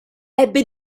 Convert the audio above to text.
ebbe